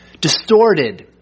distorted